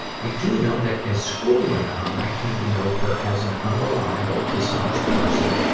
i do know that as school went on, i came to know her as an unreliable, dishonest person,